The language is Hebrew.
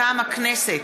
מטעם הכנסת,